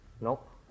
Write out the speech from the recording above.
Nope